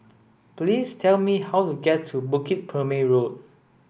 please tell me how to get to Bukit Purmei Road